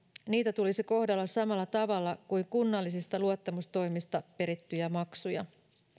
niitä tulisi kohdella samalla tavalla kuin kunnallisista luottamustoimista perittyjä maksuja